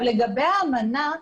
לגבי האמנה,